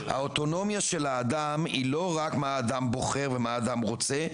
האוטונומיה של האדם היא לא רק מה האדם בוחר ומה האדם רוצה,